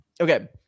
okay